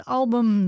album